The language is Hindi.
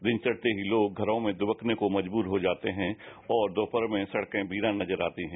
दिन चढ़ते ही लोग घरों में दुबकने को मजबूर हो जाते है और दोपहर में सड़के बीरान नजर आती है